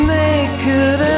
naked